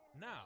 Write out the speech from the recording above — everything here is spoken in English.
now